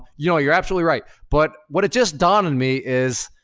you know you're absolutely right. but what it just dawned on me is,